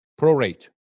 prorate